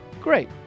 great